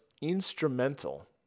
instrumental